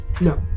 No